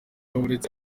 uretse